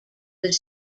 was